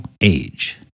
age